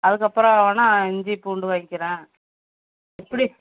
அதுக்கு அப்புறம் வேணுணா இஞ்சி பூண்டு வாங்கிக்கிறேன் எப்படி